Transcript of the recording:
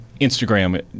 Instagram